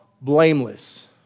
blameless